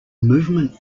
movement